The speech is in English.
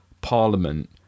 Parliament